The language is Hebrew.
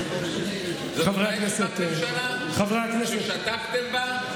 אותה ישיבת ממשלה שהשתתפתם בה,